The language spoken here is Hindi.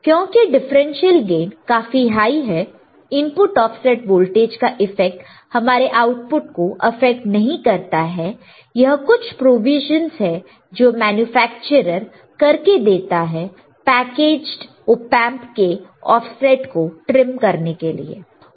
क्योंकि डिफरेंशियल गेन काफी हाई है इनपुट ऑफसेट वोल्टेज का इफेक्ट हमारे आउटपुट को अफेक्ट नहीं करता है यह कुछ प्रोविशनस है जो मैन्युफैक्चरर् करके देता है पैकेजड ऑपएंप के ऑफसेट को ट्रिम करने के लिए